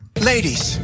Ladies